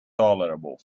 tolerable